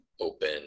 open